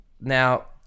Now